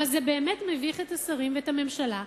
אבל זה באמת מביך את השרים ואת הממשלה,